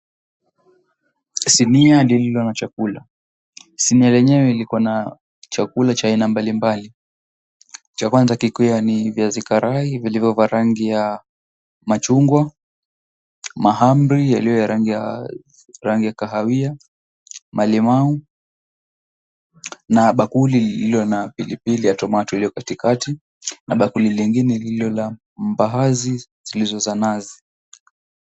Sinia lililo na chakula, sinia lenyewe liko na chakula mbalimbali cha kwanza kikiwa na viazi karai vilivyo vya rangi ya machungwa, mahamri yaliyo ya rangi ya kahawia, malimau na bakuli iliyo na pilipili ya tomato iliyo katikakati ambapo kibakuli lingine liko na mbaazi zilizo za nazi.